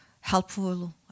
helpful